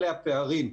אלה הפערים,